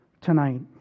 tonight